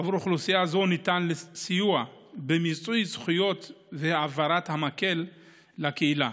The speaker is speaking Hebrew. עבור אוכלוסייה זו ניתן סיוע במיצוי זכויות והעברת המקל לקהילה.